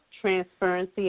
transparency